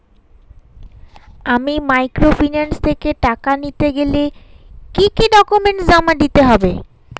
আমি মাইক্রোফিন্যান্স থেকে টাকা নিতে গেলে কি কি ডকুমেন্টস জমা দিতে হবে?